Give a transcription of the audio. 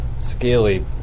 scaly